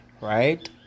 right